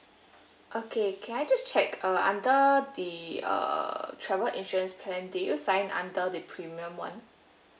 okay can I just check uh under the uh travel insurance plan did you sign under the premium [one]